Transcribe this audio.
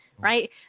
Right